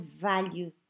value